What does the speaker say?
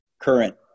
current